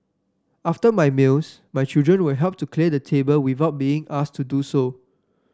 after my meals my children will help to clear the table without being asked to do so